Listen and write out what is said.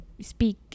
speak